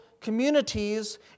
communities